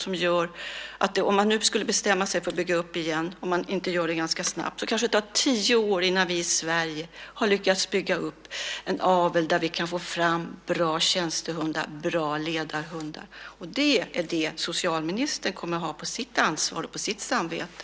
Om man ändå skulle bestämma sig för att bygga upp det igen och inte gör det ganska snabbt tar det kanske tio år innan vi i Sverige har lyckats bygga upp en avel där vi kan få fram bra tjänstehundar, bra ledarhundar. Det är det socialministern kommer att ha på sitt ansvar och på sitt samvete.